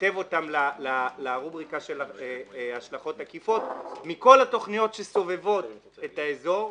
מנתב אותן לרובריקה של השלכות עקיפות מכל התכניות שסובבות את האזור,